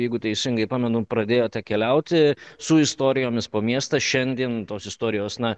jeigu teisingai pamenu pradėjote keliauti su istorijomis po miestą šiandien tos istorijos na